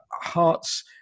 Hearts